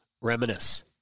reminisce